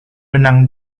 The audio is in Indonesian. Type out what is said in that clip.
renang